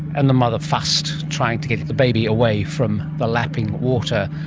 and the mother fussed, trying to get the baby away from the lapping water,